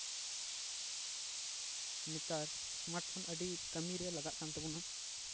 ᱱᱮᱛᱟᱨ smart phone ᱟᱹᱰᱤ ᱠᱟᱹᱢᱤᱨᱮ ᱞᱟᱜᱟᱜ ᱠᱟᱱ ᱛᱟᱵᱚᱱᱟ